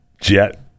jet